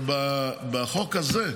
בחוק הזה,